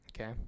Okay